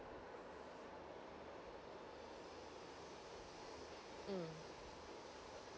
mm